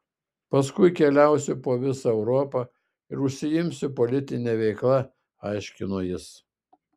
paskui keliausiu po vizą europą ir užsiimsiu politine veikla aiškino jis